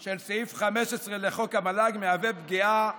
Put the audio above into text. של סעיף 15 לחוק המל"ג מהווה פגיעה